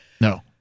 No